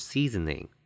Seasoning